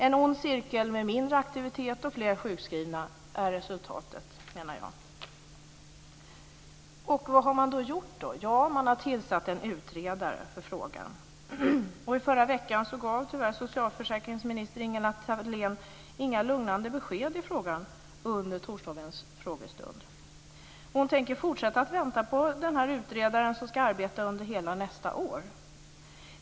En ond cirkel med mindre aktivitet och fler sjukskrivna är resultatet, menar jag. Vad har man då gjort? Jo, man har tillsatt en utredare i frågan. Tyvärr gav socialförsäkringsminister Ingela Thalén inga lugnande besked i frågan under torsdagens frågestund i förra veckan. Hon tänker fortsätta att vänta på utredaren, som ska arbeta under hela nästa år.